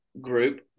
group